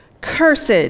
Cursed